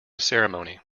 ceremony